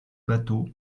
bâteau